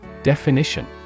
Definition